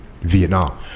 Vietnam